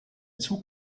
zug